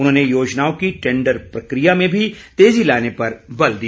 उन्होंने योजनाओं की टैंडर प्रक्रिया में भी तेजी लाने पर बल दिया